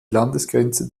landesgrenze